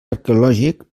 arqueològic